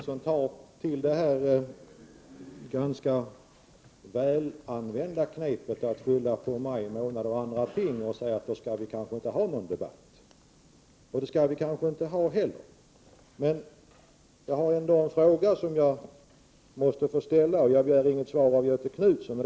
Herr talman! Göthe Knutson använder det ganska välanvända knepet att skylla på maj månad osv. och säga att vi kanske inte skall ha någon debatt. Det kanske vi inte skall ha heller. Men jag har en fråga som jag måste ställa, och jag begär inget svar av Göthe Knutson.